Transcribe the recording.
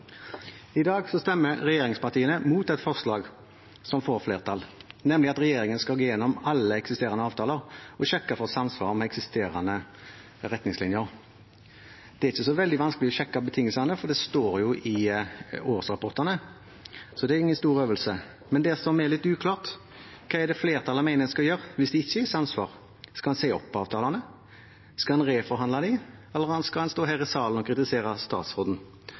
I dag stemmer regjeringspartiene mot et forslag som får flertall, nemlig at regjeringen skal gå gjennom alle eksisterende avtaler og sjekke for samsvar med eksisterende retningslinjer. Det er ikke så veldig vanskelig å sjekke betingelsene, for de står jo i årsrapportene, så det er ingen stor øvelse, men det som er litt uklart, er hva flertallet mener en skal gjøre hvis det ikke er samsvar. Skal en si opp avtalene, skal en reforhandle dem, eller skal en stå her i salen og kritisere statsråden?